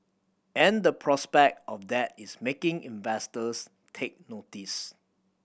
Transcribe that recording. and the prospect of that is making investors take notice